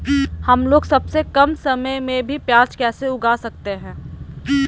हमलोग सबसे कम समय में भी प्याज कैसे उगा सकते हैं?